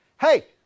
Hey